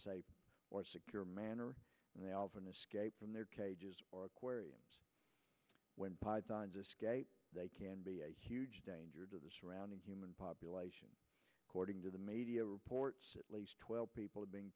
safe or secure manner and they often escape from their cages or aquarium when pythons escape they can be a huge danger to the surrounding human population according to the media reports at least twelve people